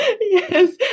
Yes